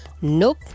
Nope